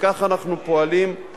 וכך אנחנו פועלים,